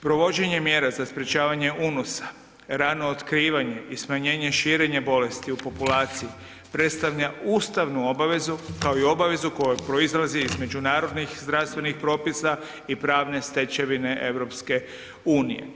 Provođenje mjera za sprječavanje unosa, rano otkrivanje i smanjenje širenja bolesti u populaciji predstavlja ustavnu obavezu kao i obavezu koja proizlazi iz međunarodnih zdravstvenih propisa i pravne stečevine EU.